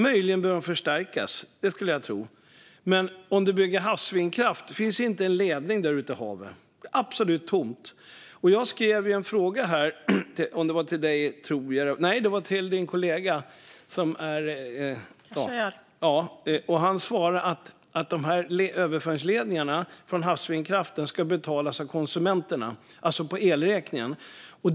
De behöver möjligen förstärkas. Jag skulle tro det. Men om man bygger havsbaserad vindkraft finns det inte en ledning ute i havet. Det är absolut tomt. Jag skrev en fråga till ministerns kollega, och han svarade att överföringsledningarna från den havsbaserade vindkraften ska betalas av konsumenterna, alltså genom elräkningen.